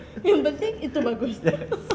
yes